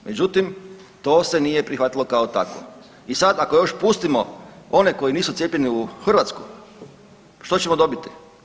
Međutim, to se nije prihvatilo kao takvo i sad ako još pustimo one koji nisu cijepljeni u Hrvatsku, što ćemo dobiti?